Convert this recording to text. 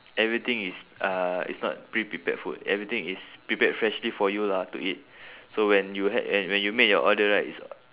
everything is uh it's not pre-prepared food everything is prepared freshly for you lah to eat so when you had and when you make your order right